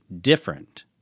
different